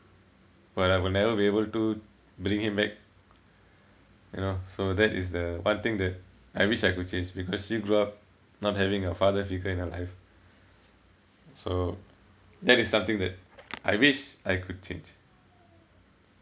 but I will never be able to bring him back you know so that is the one thing that I wish I could change because she grew up not having a father figure in her life so that is something that I wish I could change